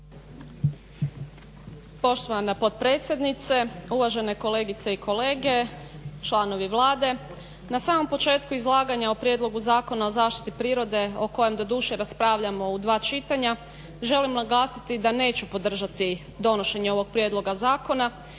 Poštovana potpredsjednice, uvažene kolegice i kolege, članovi Vlade. Na samom početku izlaganja o Prijedlogu zakona o zaštiti prirode o kojem doduše raspravljamo u dva čitanja želim naglasiti da neću podržati donošenje ovog prijedloga zakona